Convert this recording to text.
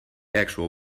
actual